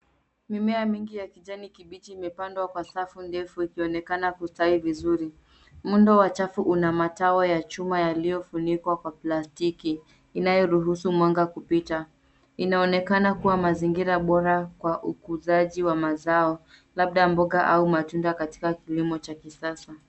Mimea mingi ya kijani kibichi imepandwa kwa safu ndefu ikionekana kustahili vizuri. Muundo wa chafu una matao ya chuma yaliyofunikwa kwa plastiki inayoruhusu mwanga kupita. Inaonekana kuwa mazingira bora kwa ukuzaji wa mazao, labda mboga au matunda, katika kilimo cha kisasa.